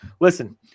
Listen